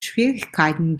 schwierigkeiten